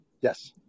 yes